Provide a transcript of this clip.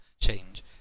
change